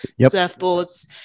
surfboards